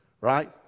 right